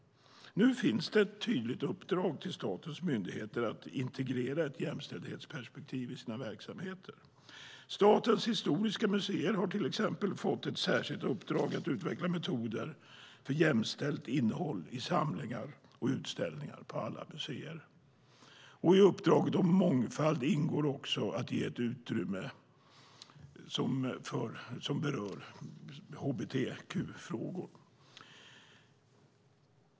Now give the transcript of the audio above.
Nu finns det ett tydligt uppdrag till statens myndigheter att integrera ett jämställdhetsperspektiv i sina verksamheter. Statens historiska museer har till exempel fått ett särskilt uppdrag att utveckla metoder för jämställt innehåll i samlingar och utställningar på alla museer. I uppdraget om mångfald ingår också att ge utrymme för hbtq-frågor.